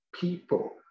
people